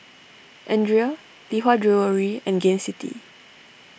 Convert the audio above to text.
Andre Lee Hwa Jewellery and Gain City